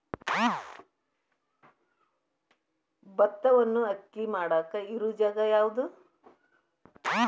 ಭತ್ತವನ್ನು ಅಕ್ಕಿ ಮಾಡಾಕ ಇರು ಜಾಗ ಯಾವುದು?